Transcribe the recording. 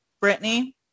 Brittany